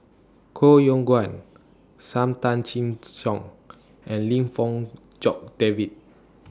Koh Yong Guan SAM Tan Chin Siong and Lim Fong Jock David